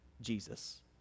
Jesus